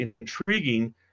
intriguing